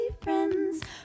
friends